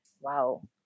wow